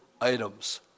items